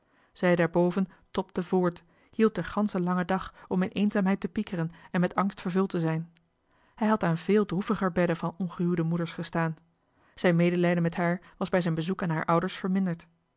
zij daarboven tobde voort hield den ganschen langen dag om in eenzaamheid te piekeren en met angst vervuld te zijn hij had aan véél droeviger bedden van johan de meester de zonde in het deftige dorp ongehuwde moeders gestaan zijn medelijden met haar was bij zijn bezoek aan hare ouders verminderd